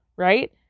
Right